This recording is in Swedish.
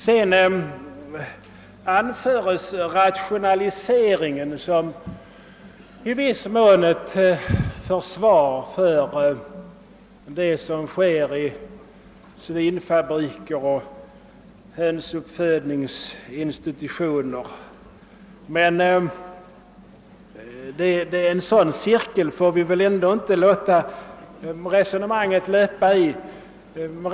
Vidare anförs rationaliseringen som i viss mån ett försvar för det djurplågeri som sker på svinoch hönsuppfödningsfabrikerna. Vi får dock inte låta resonemanget löpa i en sådan cirkel.